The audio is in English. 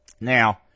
Now